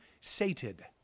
Sated